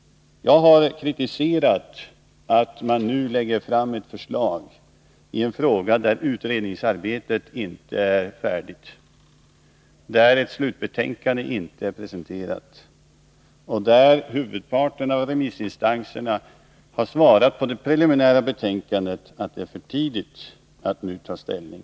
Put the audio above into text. Jag har kritiserat att man nu lägger fram ett förslag i en fråga där utredningsarbetet inte är färdigt, där ett slutbetänkande inte är presenterat och där huvudparten av remissinstanserna har svarat på det preliminära betänkandet att det är för tidigt att nu ta ställning.